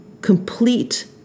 complete